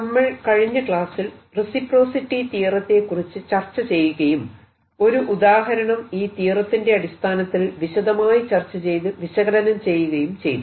നമ്മൾ കഴിഞ്ഞ ക്ലാസ്സിൽ റെസിപ്രോസിറ്റി തിയറത്തെക്കുറിച്ച് ചർച്ച ചെയ്യുകയും ഒരു ഉദാഹരണം ഈ തിയറത്തിന്റെ അടിസ്ഥാനത്തിൽ വിശദമായി ചർച്ച ചെയ്ത് വിശകലനം ചെയ്യുകയും ചെയ്തു